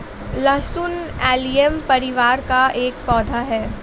लहसुन एलियम परिवार का एक पौधा है